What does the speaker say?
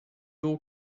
door